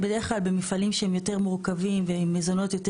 בדרך כלל במפעלים שהם יותר מורכבים ועם מזונות יותר